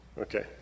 Okay